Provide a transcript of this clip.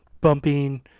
bumping